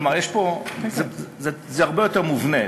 כלומר זה הרבה יותר מובנה.